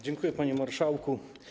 Dziękuję, panie marszałku.